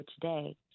today